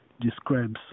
describes